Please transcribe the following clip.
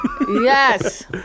Yes